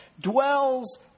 dwells